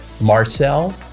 marcel